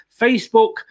Facebook